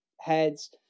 heads